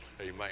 Amen